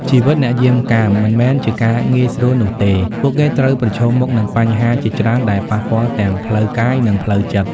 ជីវិតជាអ្នកយាមកាមមិនមែនជាការងាយស្រួលនោះទេ។ ពួកគេត្រូវប្រឈមមុខនឹងបញ្ហាជាច្រើនដែលប៉ះពាល់ទាំងផ្លូវកាយ និងផ្លូវចិត្ត។